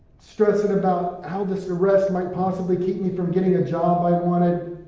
stressing about how this arrest might possibly keep me from getting a job i wanted,